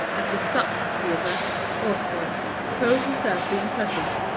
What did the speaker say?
at the stadttheater, augsburg, the poet himself being present.